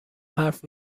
حرف